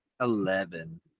Eleven